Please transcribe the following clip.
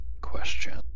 question